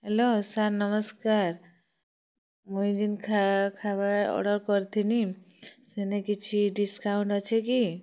hello sir ନମସ୍କାର୍ ମୁଇଁ ଜେନ୍ ଖାଇବା ଅର୍ଡ଼ର୍ କରିଥିନି ସେନେ କିଛି ଡିସ୍କାଉଣ୍ଟ୍ ଅଛି କି